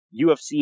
UFC